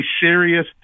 serious